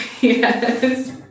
Yes